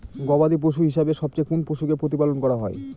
গবাদী পশু হিসেবে সবচেয়ে কোন পশুকে প্রতিপালন করা হয়?